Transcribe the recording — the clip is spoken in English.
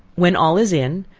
when all is in,